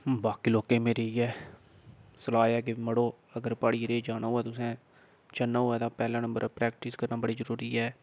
बाकी लोकें ई मेरी इ'यै सलाह् ऐ कि मड़ो अगर प्हाड़ी एरिये जाना होऐ तुसें चढ़ना होऐ तां पैह्ले नंबर प्रेक्टिस करना बड़ा जरूरी ऐ